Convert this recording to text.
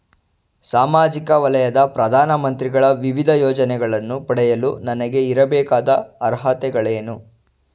ಸಾಮಾಜಿಕ ವಲಯದ ಪ್ರಧಾನ ಮಂತ್ರಿಗಳ ವಿವಿಧ ಯೋಜನೆಗಳನ್ನು ಪಡೆಯಲು ನನಗೆ ಇರಬೇಕಾದ ಅರ್ಹತೆಗಳೇನು?